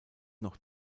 noch